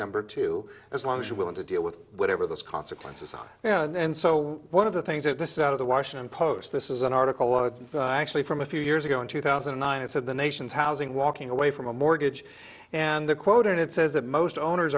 number two as long as you're willing to deal with whatever those consequences are and so one of the things that this is out of the washington post this is an article was actually from a few years ago in two thousand and nine it said the nation's housing walking away from a mortgage and the quote it says that most owners